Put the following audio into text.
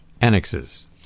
annexes